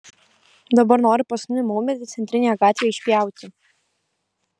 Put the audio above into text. dabar nori paskutinį maumedį centrinėje gatvėje išpjauti